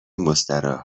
مستراح